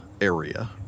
area